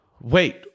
Wait